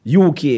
UK